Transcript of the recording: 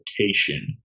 rotation